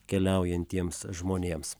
keliaujantiems žmonėms